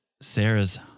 Sarah's